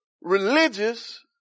religious